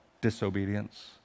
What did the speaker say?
Disobedience